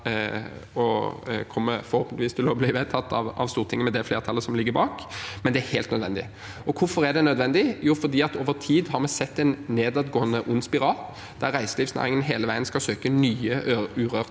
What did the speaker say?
kommer til å bli vedtatt av Stortinget, med det flertallet som ligger bak, men det er helt nødvendig. Hvorfor er det nødvendig? Jo, fordi vi over tid har sett en nedadgående spiral, der reiselivsnæringen hele veien skal søke nye, urørte